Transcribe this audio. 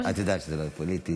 את יודעת שזה לא יהיה פוליטי.